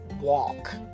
walk